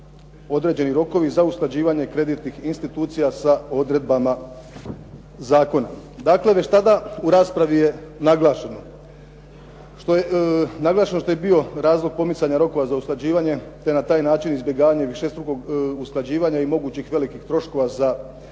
određeni rokovi za usklađivanje kreditnih institucija sa odredbama zakona. Dakle, već tada u raspravi je naglašeno što je bio razlog pomicanja rokova za usklađivanje, te na taj način izbjegavanje višestrukog usklađivanja i mogućih velikih troškova za kreditne